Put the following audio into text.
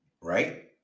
Right